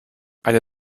eine